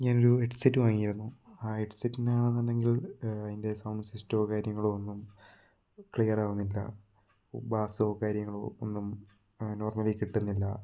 ഞാനൊരു ഹെഡ്സെറ്റ് വാങ്ങിയാരുന്നു ആ ഹെഡ്സെറ്റിനാണെന്നുണ്ടെങ്കിൽ അതിൻ്റെ സൗണ്ട് സിസ്റ്റമോ കാര്യങ്ങളോ ഒന്നും ക്ലിയർ ആവുന്നില്ല ബാസ്സോ കാര്യങ്ങളോ ഒന്നും നോർമലി കിട്ടുന്നില്ല